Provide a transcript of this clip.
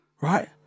right